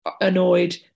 annoyed